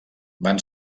van